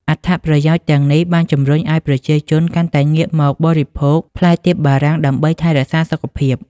អត្ថប្រយោជន៍ទាំងនេះ បានជំរុញឱ្យប្រជាជនកាន់តែងាកមកបរិភោគផ្លែទៀបបារាំងដើម្បីថែរក្សាសុខភាព។